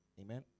Amen